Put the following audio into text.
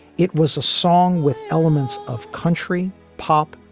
it was a song with elements of country, pop,